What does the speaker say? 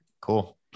cool